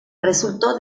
resultó